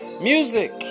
Music